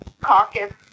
caucus